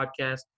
podcast